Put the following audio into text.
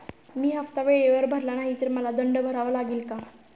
मी हफ्ता वेळेवर भरला नाही तर मला दंड भरावा लागेल का?